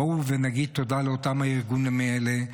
בואו ונגיד תודה לאותם הארגונים האלה.